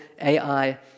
AI